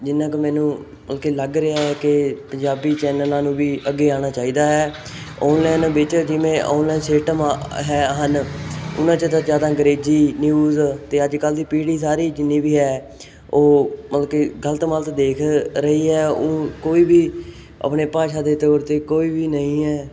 ਜਿੰਨਾ ਕੁ ਮੈਨੂੰ ਮਤਲਬ ਕਿ ਲੱਗ ਰਿਹਾ ਕਿ ਪੰਜਾਬੀ ਚੈਨਲਾਂ ਨੂੰ ਵੀ ਅੱਗੇ ਆਉਣਾ ਚਾਹੀਦਾ ਹੈ ਔਨਲਾਈਨ ਵਿੱਚ ਜਿਵੇਂ ਔਨਲਾਈਨ ਸਿਸਟਮ ਹੈ ਹਨ ਉਹਨਾਂ 'ਚ ਤਾਂ ਜ਼ਿਆਦਾ ਅੰਗਰੇਜ਼ੀ ਨਿਊਜ਼ ਅਤੇ ਅੱਜ ਕੱਲ੍ਹ ਦੀ ਪੀੜ੍ਹੀ ਸਾਰੀ ਜਿੰਨੀ ਵੀ ਹੈ ਉਹ ਮਤਲਬ ਕਿ ਗਲਤ ਮਲਤ ਦੇਖ ਰਹੀ ਹੈ ਉਹ ਕੋਈ ਵੀ ਆਪਣੇ ਭਾਸ਼ਾ ਦੇ ਤੌਰ 'ਤੇ ਕੋਈ ਵੀ ਨਹੀਂ ਹੈ